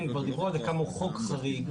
כבר דיברו על כמה הוא חוק חריג,